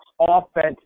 offense